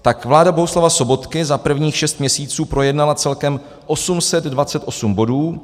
Tak vláda Bohuslava Sobotky za prvních šest měsíců projednala celkem 828 bodů.